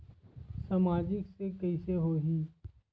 सामाजिक से कइसे होही?